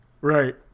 Right